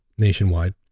nationwide